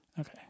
Okay